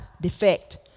defect